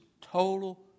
total